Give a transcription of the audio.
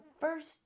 first